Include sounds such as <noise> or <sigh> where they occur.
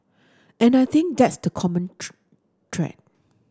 and I think that's the common <unintelligible> thread